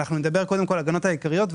ונדבר קודם כול על ההגנות העיקריות,